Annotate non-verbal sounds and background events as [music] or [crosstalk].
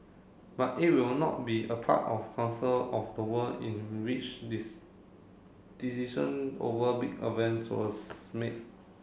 but it will not be a part of council of the world in which [unintelligible] decision over big events are [unintelligible] made